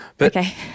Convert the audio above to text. Okay